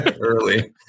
early